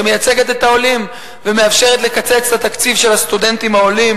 שמייצגת את העולים ומאפשרת לקצץ את התקציב של הסטודנטים העולים.